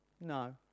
No